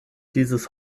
dieses